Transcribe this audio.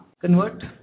convert